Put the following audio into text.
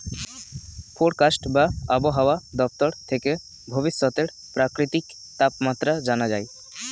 forecast বা আবহাওয়া দপ্তর থেকে ভবিষ্যতের প্রাকৃতিক তাপমাত্রা জানা যায়